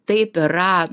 taip yra